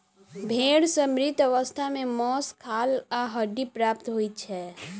भेंड़ सॅ मृत अवस्था मे मौस, खाल आ हड्डी प्राप्त होइत छै